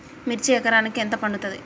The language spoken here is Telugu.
మిర్చి ఎకరానికి ఎంత పండుతది?